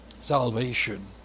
Salvation